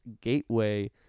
gateway